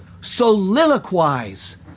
soliloquize